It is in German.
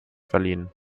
verliehen